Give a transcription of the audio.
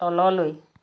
তললৈ